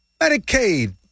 Medicaid